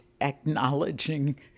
acknowledging